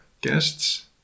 guests